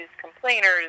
complainers